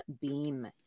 beam